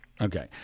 Okay